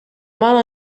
mal